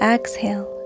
Exhale